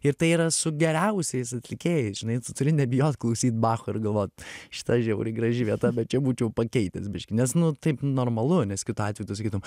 ir tai yra su geriausiais atlikėjais žinai tu turi nebijot klausyt bacho ir galvot šita žiauriai graži vieta bet čia būčiau pakeitęs biškį nes nu taip normalu nes kitu atveju tu sakytum